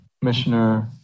Commissioner